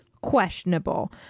questionable